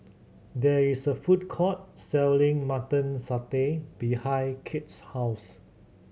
there is a food court selling Mutton Satay behind Kade's house